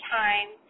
time